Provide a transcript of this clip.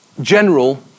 general